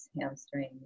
hamstrings